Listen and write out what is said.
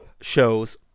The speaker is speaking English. shows